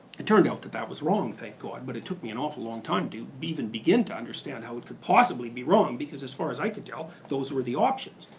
it turned out that that was wrong, thank god, but it took me an awful long time to even begin to understand how that could possibly be wrong because as far as i could tell, those were the options.